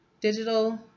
Digital